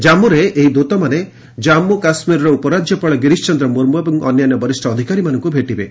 ଜାମ୍ମୁରେ ଏହି ଦୃତମାନେ ଜାନ୍ମୁ କାଶ୍କୀରର ଉପରାଜ୍ୟପାଳ ଗିରିଶ ଚନ୍ଦ୍ର ମୁର୍ମୁ ଏବଂ ଅନ୍ୟାନ୍ୟ ବରିଷ୍ଠ ଅଧିକାରୀମାନଙ୍କୁ ଭେଟିବେ